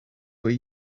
were